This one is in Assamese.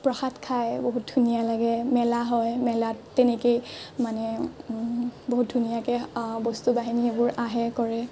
প্ৰসাদ খায় বহুত ধুনীয়া লাগে মেলা হয় মেলাত তেনেকেই মানে বহুত ধুনীয়াকৈ বস্তু বাহিনী সেইবোৰ আহে কৰে